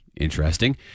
interesting